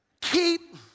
Keep